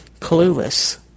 clueless